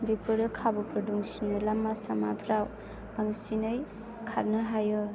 बेफोरो खाबुफोर दंसिनो लामा सामाफोराव बांसिनै खारनो हायो